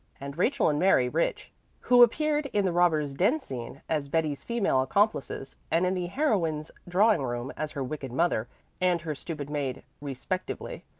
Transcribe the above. and rachel and mary rich who appeared in the robbers' den scene as betty's female accomplices, and in the heroine's drawing-room as her wicked mother and her stupid maid respectively,